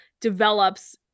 develops